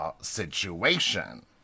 situation